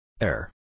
Air